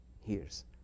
hears